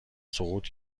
سقوط